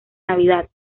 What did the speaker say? navidad